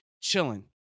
chilling